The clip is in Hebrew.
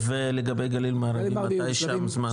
ולגבי גליל מערבי מתי שם זמן הפעלה?